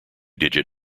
digit